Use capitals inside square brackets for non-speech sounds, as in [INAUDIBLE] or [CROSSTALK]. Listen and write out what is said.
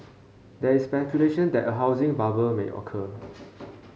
there is speculation that a housing bubble may occur [NOISE]